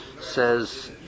says